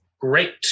great